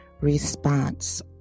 Response